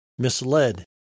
misled